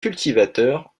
cultivateur